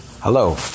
Hello